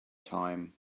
time